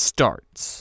Starts